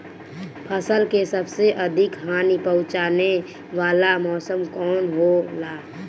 फसल के सबसे अधिक हानि पहुंचाने वाला मौसम कौन हो ला?